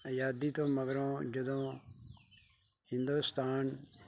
ਆਜ਼ਾਦੀ ਤੋਂ ਮਗਰੋਂ ਜਦੋਂ ਹਿੰਦੁਸਤਾਨ